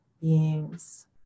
beings